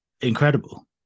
Incredible